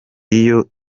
iyo